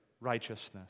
righteousness